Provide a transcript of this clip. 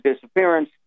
disappearance